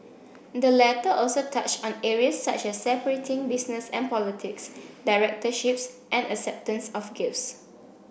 the letter also touched on areas such as separating business and politics directorships and acceptance of gifts